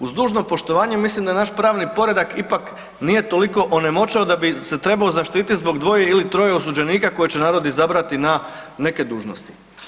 Uz dužno poštovanje mislim da naš pravni poredak ipak nije toliko onemoćao da bi se trebao zaštititi zbog dvoje ili troje osuđenika koje će narod izabrati na neke dužnosti.